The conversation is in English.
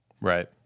right